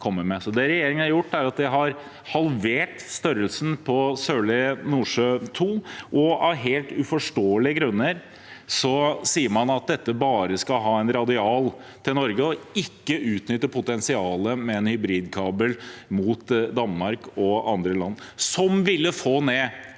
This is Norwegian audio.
Det regjeringen har gjort, er å halvere størrelsen på Sørlige Nordsjø II. Av helt uforståelige grunner sier man at dette bare skal ha en radial til Norge, og man vil ikke utnytte potensialet med en hybridkabel til Danmark og andre land, som ville fått ned